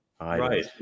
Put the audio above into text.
right